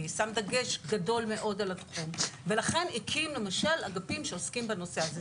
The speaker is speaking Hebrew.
שם דגש גדול מאוד על התחום ולכן הקים למשל אגפים שעוסקים בנושא זה,